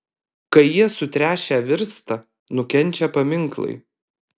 kai jie sutręšę virsta nukenčia paminklai